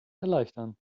erleichtern